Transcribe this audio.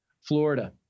Florida